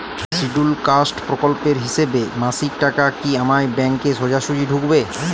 Scheduled caste প্রকল্পের হিসেবে মাসিক টাকা কি আমার ব্যাংকে সোজাসুজি ঢুকবে?